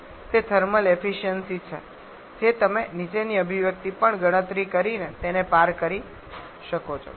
તેથી તે thermal efficiency છે જે તમે નીચેની અભિવ્યક્તિની પણ ગણતરી કરીને તેને પાર કરી શકો છો